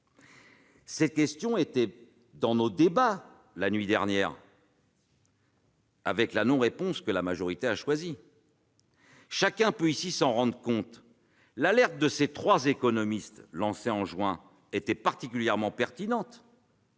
Cette question était dans nos débats, la nuit dernière, autour de la non-réponse que la majorité a choisie. Chacun peut ici s'en rendre compte, l'alerte de ces trois économistes lancée en juin était particulièrement pertinente.